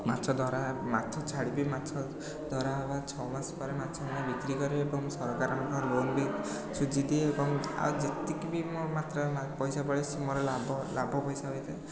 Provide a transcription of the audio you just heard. ମାଛ ଦ୍ଵାରା ମାଛ ଛାଡ଼ିବି ମାଛ ଛଡ଼ା ହବା ଛଅ ମାସ ପରେ ମାଛ ଆଣି ବିକ୍ରି କରେ ଏବଂ ସରକାରଙ୍କ ଲୋନ୍ ବି ସୁଝିଦିଏ ଏବଂ ଆଉ ଯେତିକି ବି ମୋ ମାତ୍ରା ପଇସା ବଳେ ସେ ମୋର ମୋ ଲାଭ ପଇସା ହୋଇଥାଏ